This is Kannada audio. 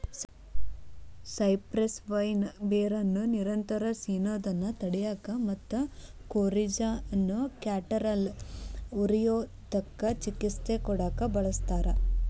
ಸೈಪ್ರೆಸ್ ವೈನ್ ಬೇರನ್ನ ನಿರಂತರ ಸಿನೋದನ್ನ ತಡ್ಯಾಕ ಮತ್ತ ಕೋರಿಜಾ ಅನ್ನೋ ಕ್ಯಾಟರಾಲ್ ಉರಿಯೂತಕ್ಕ ಚಿಕಿತ್ಸೆ ಕೊಡಾಕ ಬಳಸ್ತಾರ